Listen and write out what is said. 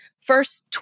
first